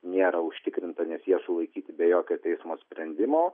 nėra užtikrinta nes jie sulaikyti be jokio teismo sprendimo